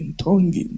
tongue